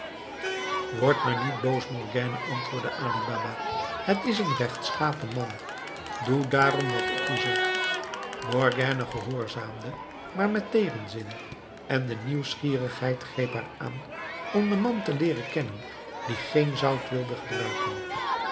wordt maar niet boos morgiane antwoordde ali baba het is een rechtschapen man doe daarom wat ik je zeg morgiane gehoorzaamde maar met tegenzin en de nieuwsgierigheid greep haar aan om den man te leeren kennen die geen zout wilde gebruiken